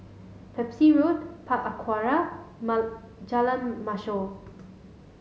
Pepys Road Park Aquaria Jalan Mashhor